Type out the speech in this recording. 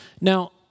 Now